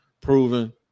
proven